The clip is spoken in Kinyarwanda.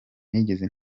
ntigeze